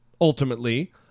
ultimately